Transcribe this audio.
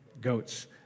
goats